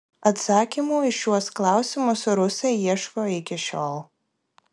atsakymų į šiuos klausimus rusai ieško iki šiol